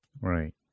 Right